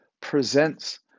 presents